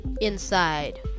inside